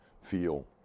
feel